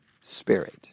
spirit